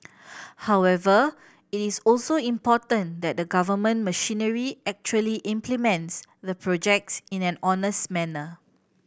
however it is also important that the government machinery actually implements the projects in an honest manner